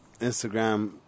Instagram